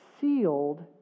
sealed